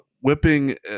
whipping